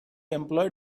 employed